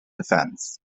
defence